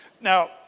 Now